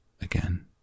again